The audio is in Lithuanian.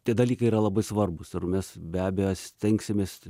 tie dalykai yra labai svarbūs ir mes be abejo stengsimės